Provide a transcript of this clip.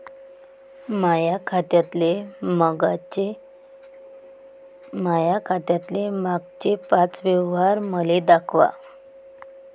माया खात्यातले मागचे पाच व्यवहार मले दाखवा